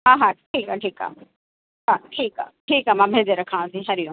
ठीकु आहे ठीकु आहे हा ठीकु आहे मां भेजे रखां थी हरिओम